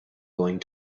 going